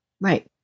Right